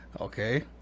okay